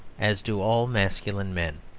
as do all masculine men.